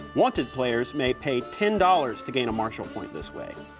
wanted players may pay ten dollars to gain a marshal point this way.